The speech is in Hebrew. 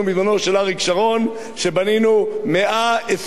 כשבנינו 120,000 יחידות דיור,